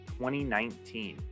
2019